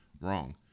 Wrong